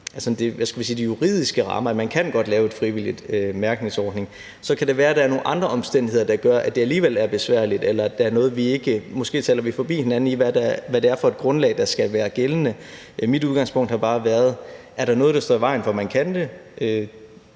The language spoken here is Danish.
for de juridiske rammer godt kan lave en frivillig mærkningsordning. Så kan det være, der er nogle andre omstændigheder, der gør, at det alligevel er besværligt. Eller måske taler vi forbi hinanden, i forhold til hvad det er for et grundlag, der skal være gældende. Mit udgangspunkt har bare været: Er der noget, der står i vejen for, at man kan det?